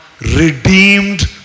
redeemed